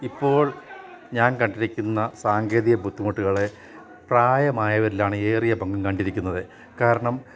ഇപ്പോൾ ഞാൻ കണ്ടിരിക്കുന്ന സാങ്കേതിക ബുദ്ധിമുട്ടുകൾ പ്രായമായവരിലാണ് ഏറിയ പങ്കും കണ്ടിരിക്കുന്നത് കാരണം